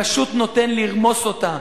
פשוט נותן לרמוס אותה,